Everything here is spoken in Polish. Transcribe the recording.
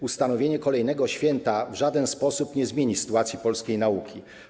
Ustanowienie kolejnego święta w żaden sposób nie zmieni sytuacji polskiej nauki.